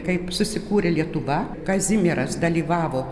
kaip susikūrė lietuva kazimieras dalyvavo